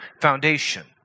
foundation